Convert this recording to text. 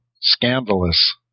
scandalous